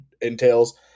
entails